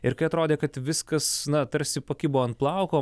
ir kai atrodė kad viskas na tarsi pakibo ant plauko